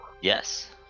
Yes